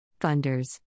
Funders